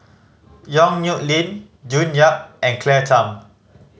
Yong Nyuk Lin June Yap and Claire Tham